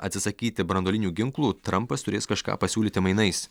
atsisakyti branduolinių ginklų trampas turės kažką pasiūlyti mainais